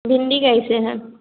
भिण्डी कैसे है